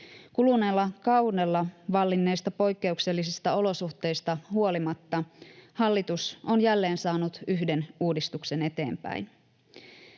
Kuluneella kaudella vallinneista poikkeuksellisista olosuhteista huolimatta hallitus on jälleen saanut yhden uudistuksen eteenpäin.